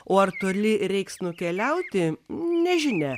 o ar toli reiks nukeliauti nežinia